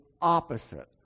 opposite